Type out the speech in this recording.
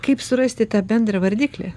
kaip surasti tą bendrą vardiklį